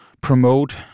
promote